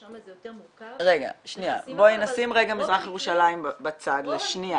שם זה יותר מורכב -- נשים רגע את מזרח ירושלים בצד לשנייה.